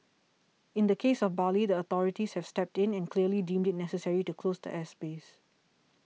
in the case of Bali the authorities have stepped in and clearly deemed it necessary to close the airspace